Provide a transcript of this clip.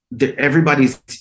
Everybody's